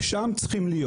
ושם צריכים להיות.